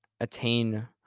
attain